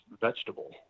vegetable